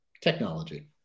technology